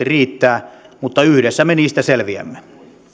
riittää mutta yhdessä me niistä selviämme